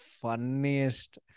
funniest